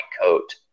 coat